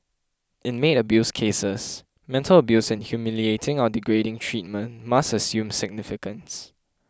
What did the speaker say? in maid abuse cases mental abuse and humiliating or degrading treatment must assume significance